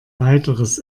weiteres